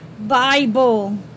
Bible